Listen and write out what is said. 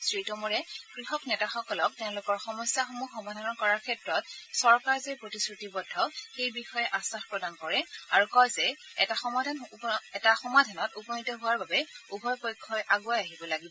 শ্ৰীটোমৰে কৃষক নেতাসকলক তেওঁলোকৰ সমস্যাসমূহ সমাধান কৰাৰ ক্ষেত্ৰত চৰকাৰ যে প্ৰতিশ্ৰুতিবদ্ধ সেই বিষয়ে আশ্বাস প্ৰদান কৰে আৰু কয় যে এটা সমাধানত উপনীত হোৱাৰ বাবে উভয় পক্ষয় আগুৱাই আহিব লাগিব